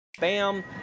bam